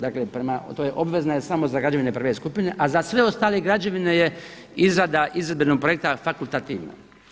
Dakle, prema toj obvezna je samo za građevine prve skupine, a za sve ostale građevine je izrada izvedbenog projekta fakultativna.